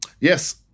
Yes